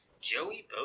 Joey